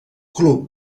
club